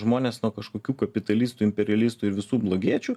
žmones nuo kažkokių kapitalistų imperialistų ir visų blogiečių